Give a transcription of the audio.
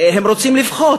הם רוצים לבכות,